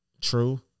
true